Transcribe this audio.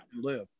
live